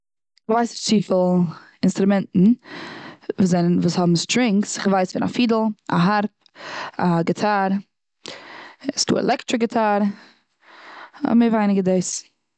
כ'ווייס נישט צופיל אונסטרומענטן וואס האבן סטרינגס. כ'ווייס פון א פידל, א הארפ, א גיטאר, ס'דא עלעקטריק גיטאר. מער ווייניגער דאס.